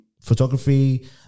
photography